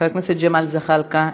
חבר הכנסת ג'מאל זחאלקה,